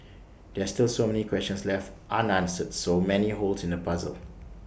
there are still so many questions left so many holes in the puzzle